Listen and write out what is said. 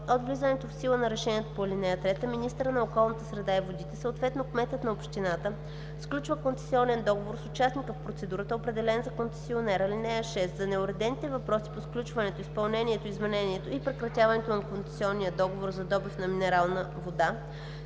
от влизането в сила на решението по ал. 3 министърът на околната среда и водите, съответно кметът на общината сключва концесионен договор с участника в процедурата, определен за концесионер. (6) За неуредените въпроси по сключването, изпълнението, изменението и прекратяването на концесионния договор за добив на минерална вода